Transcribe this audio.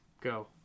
Go